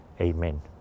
Amen